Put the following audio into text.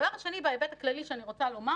הדבר השני בהיבט הכללי שאני רוצה לומר